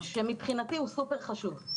שמבחינתי הוא סופר חשוב.